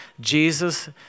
Jesus